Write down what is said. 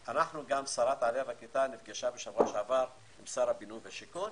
שרת העלייה והקליטה נפגשה בשבוע שעבר עם שר הבינוי והשיכון,